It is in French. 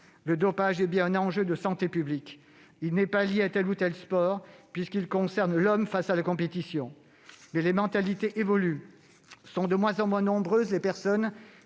Le dopage est bien un enjeu de santé publique. Il n'est pas lié à tel ou tel sport puisqu'il concerne l'homme face à la compétition. Mais les mentalités évoluent : sont de moins en moins nombreuses les personnes